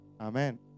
Amen